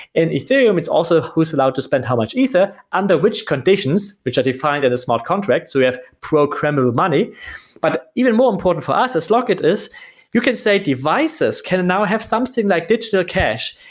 in ethereum, it's also who is allowed to spend how much ether, under which conditions which are defined in a smart contract. so we have pro credit money but even more important for us in slock it is you can say devices can now have something that like ditch the cash,